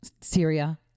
syria